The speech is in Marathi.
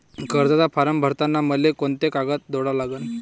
कर्जाचा फारम भरताना मले कोंते कागद जोडा लागन?